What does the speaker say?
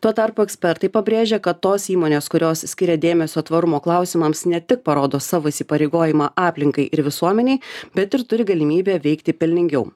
tuo tarpu ekspertai pabrėžia kad tos įmonės kurios skiria dėmesio tvarumo klausimams ne tik parodo savo įsipareigojimą aplinkai ir visuomenei bet ir turi galimybę veikti pelningiau